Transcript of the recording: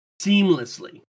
seamlessly